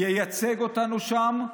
ייצג אותנו שם.